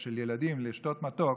של ילדים, לשתות מתוק,